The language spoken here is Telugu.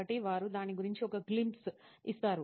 కాబట్టి వారు దాని గురించి ఒక గ్లింప్సె ఇస్తారు